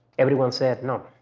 everyone said, no.